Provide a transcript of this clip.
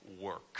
work